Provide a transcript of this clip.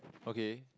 okay